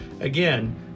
Again